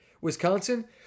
Wisconsin